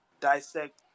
dissect